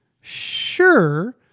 sure